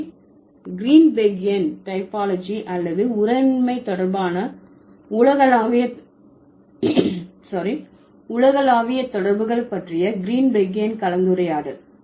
அவை Greenbergian typology அல்லது உறவின்மை தொடர்பான உலகளாவிய தொடர்புகள் பற்றிய க்ரீன்பெர்கியன் கலந்துரையாடல்